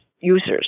users